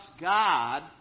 God